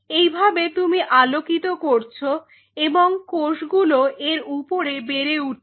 এইভাবে তুমি আলোকিত করছো এবং কোষগুলো এর উপরে বেড়ে উঠছে